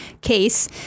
case